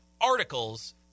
articles